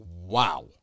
Wow